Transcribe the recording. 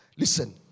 listen